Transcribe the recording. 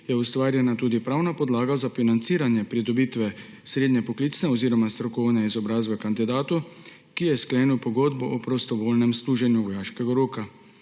je ustvarjena tudi pravna podlaga za financiranje pridobitve srednje poklicne oziroma strokovne izobrazbe kandidatu, ki je sklenil pogodbo o prostovoljnem služenju vojaškega roka.